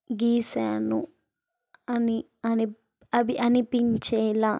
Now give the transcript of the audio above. గీసాను అని అనిపిం అవి అనిపించేలా